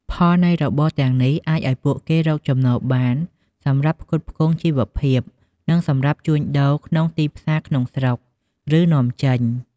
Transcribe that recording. ផលនៃរបរទាំងនេះ អាចឲ្យពួកគេរកចំណូលបានសម្រាប់ផ្គត់ផ្គង់ជីវភាព និងសម្រាប់ជួញដូរក្នុងទីផ្សារក្នុងស្រុក ឬនាំចេញ។